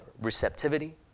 receptivity